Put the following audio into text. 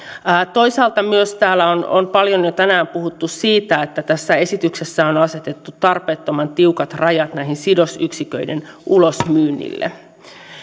toisaalta myös täällä on on paljon jo tänään puhuttu siitä että tässä esityksessä on on asetettu tarpeettoman tiukat rajat näiden sidosyksiköiden ulosmyynnille